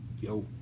yo